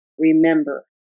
Remember